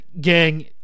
gang